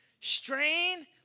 strain